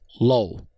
Low